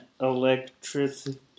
electricity